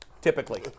Typically